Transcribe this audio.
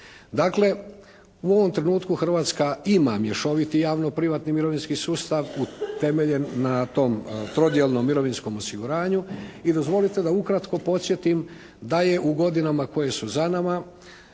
Dakle u ovom trenutku Hrvatska ima mješoviti javno-privatni mirovinski sustav utemeljen na tom trodijelnom mirovinskom osiguranju. I dozvolite da ukratko podsjetim da je u godinama koje su za nama